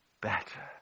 better